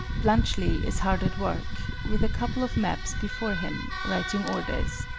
bluntschli is hard at work, with a couple of maps before him, writing orders.